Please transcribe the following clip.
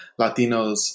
Latinos